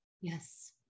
yes